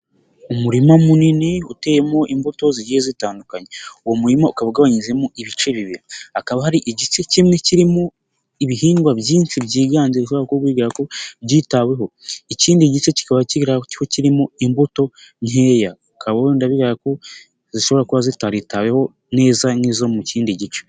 Umurima munini uteyemo imbuto zigiye zitandukanye uwo murimo ukaba ugabanyijemo ibice bibiri, hakaba hari igice kimwe kirimo ibihingwa byinshi byiganje bishobora kuba bigaragara ko byitaweho, ikindi gice kikaba kirimo imbuto nkeya bikaba wenda bigaragara ko zishobora kuba zitaritaweho neza nk'izo mu kindi gice.